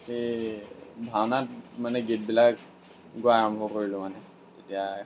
এই ভাওনাত মানে গীতবিলাক গোৱা আৰম্ভ কৰিলোঁ মানে তেতিয়া